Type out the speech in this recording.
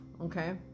okay